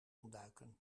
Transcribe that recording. ontduiken